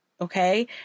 okay